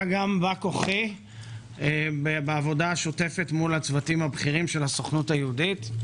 גם בא כוחי בעבודה השוטפת מול הצוותים הבכירים של הסוכנות היהודית.